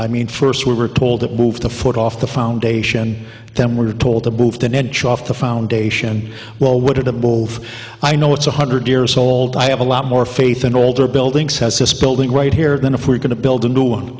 i mean first we were told that move the foot off the foundation them we're told to move to an inch off the foundation well what i'm wolf i know it's one hundred years old i have a lot more faith in older buildings has this building right here than if we're going to build a new one